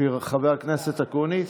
חבר הכנסת אקוניס,